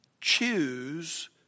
choose